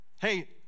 Hey